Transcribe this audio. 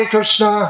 Krishna